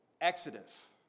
exodus